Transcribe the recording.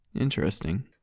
Interesting